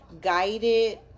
guided